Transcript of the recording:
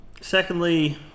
Secondly